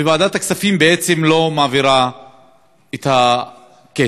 וועדת הכספים בעצם לא מעבירה את הכסף